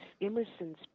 Emerson's